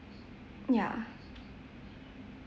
ya